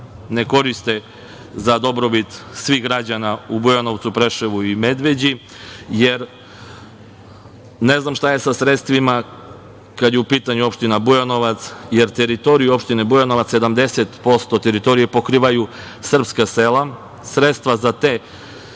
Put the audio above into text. ne koriste za dobrobit svih građana u Bujanovcu, Preševu i Medveđi. Ne znam šta je sa sredstvima kada je u pitanju opština Bujanovac, jer 70% teritorije opštine Bujanovac pokrivaju srpska sela. Sredstva za te